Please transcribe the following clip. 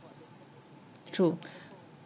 true